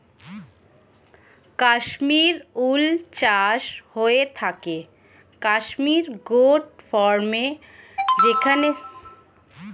Kashmir wool চাষ হয়ে থাকে কাশ্মীর গোট ফার্মে যেখানে ছাগল আর ভেড়া রাখা হয়